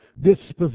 disposition